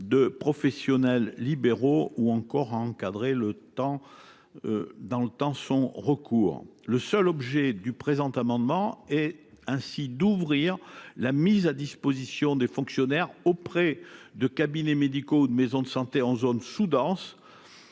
des professionnels libéraux et son recours encadré dans le temps. Le seul objet du présent amendement est d'ouvrir la mise à disposition des fonctionnaires auprès de cabinets médicaux ou de maisons de santé en zone sous-dense